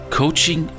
coaching